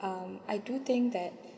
um I do think that